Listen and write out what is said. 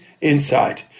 inside